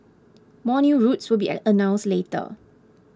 more new routes will be announced later